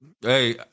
Hey